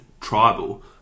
tribal